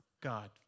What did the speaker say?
God